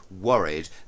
worried